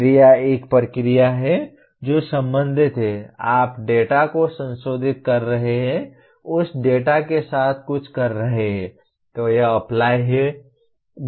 क्रिया एक प्रक्रिया है जो संबंधित है आप डेटा को संसोधित कर रहे हैं उस डेटा के साथ कुछ कर रहे हैं तो यह अप्लाई है